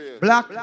Black